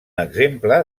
exemple